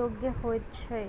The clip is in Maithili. योग्य होइत छै